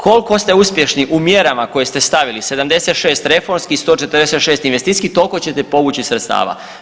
Koliko ste uspješni u mjerama koje ste stavili, 76 reformskih, 146 investicijskih, toliko ćete povući sredstava.